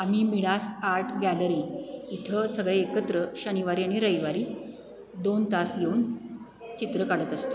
आम्ही Midas art gallery इथं सगळे एकत्र शनिवारी आणि रविवारी दोन तास येऊन चित्र काढत असतो